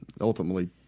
ultimately